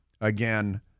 again